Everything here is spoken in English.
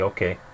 Okay